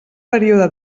període